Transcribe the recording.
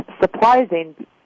surprising